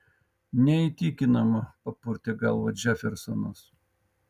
neįtikinama papurtė galvą džefersonas